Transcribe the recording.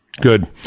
good